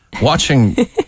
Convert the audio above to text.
watching